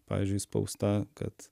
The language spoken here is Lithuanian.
pavyzdžiui išspausta kad